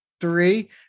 three